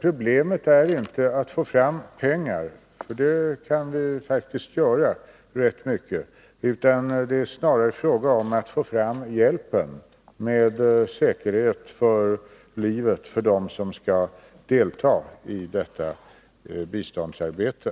Problemet är inte att få fram pengar — det kan vi faktiskt i rätt stor utsträckning — utan problemet är snarare att få fram hjälpen med säkerhet för livet för dem som deltar i detta biståndsarbete.